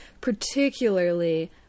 particularly